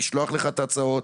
לשלוח לך את ההצעות